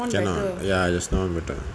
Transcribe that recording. cannot ya just now better